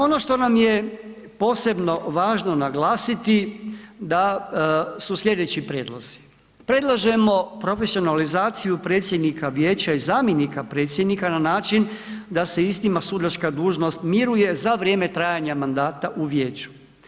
Ono što nam je posebno važno naglasiti da su slijedeći prijedlozi, predlažemo profesionalizaciju predsjednika vijeća i zamjenika predsjednika na način da se istima sudačka dužnost miruje za vrijeme trajanja mandata u vijeću.